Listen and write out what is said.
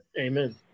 Amen